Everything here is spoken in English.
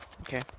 okay